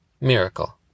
miracle